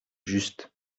juste